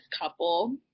couple